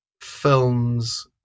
films